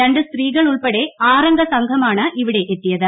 രണ്ട് സ്ത്രീകൾ ഉൾപ്പെട്ട് ആറംഗ സംഘമാണ് ഇവിടെ എത്തിയത്